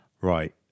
right